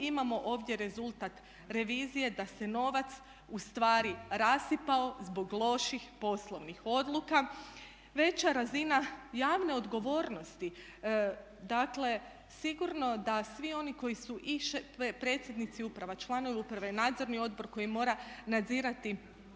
imamo rezultat revizije da se novac ustvari rasipao zbog loših poslovnih odluka, veća razina javne odgovornosti. Dakle sigurno da svi oni koji su predsjednici uprava, članovi uprava i nadzorni odbor koji mora nadzirati